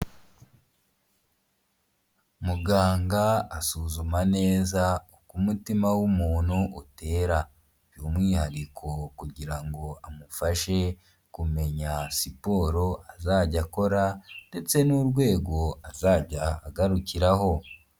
Muganga asuzuma neza uko umutima w'umuntu utera, umwihariko kugirango amufashe kumenya siporo azajya akora ndetse n'urwego azajya agarukiraho.